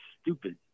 stupid